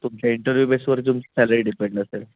तुमच्या इंटरव्ह्यू बेसवर तुमची सॅलरी डिपेंड असेल